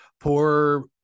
poor